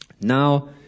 Now